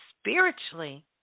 spiritually